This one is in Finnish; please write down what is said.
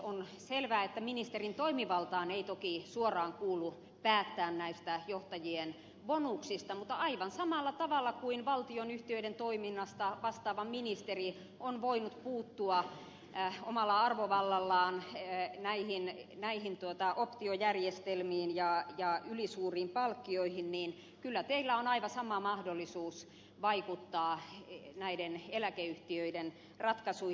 on selvää että ministerin toimivaltaan ei toki suoraan kuulu päättää näistä johtajien bonuksista mutta aivan samalla tavalla kuin valtionyhtiöiden toiminnasta vastaava ministeri on voinut puuttua omalla arvovallallaan näihin optiojärjestelmiin ja ylisuuriin palkkioihin kyllä teillä on aivan sama mahdollisuus vaikuttaa näiden eläkeyhtiöiden ratkaisuihin